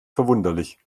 verwunderlich